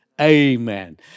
amen